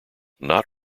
not